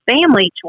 family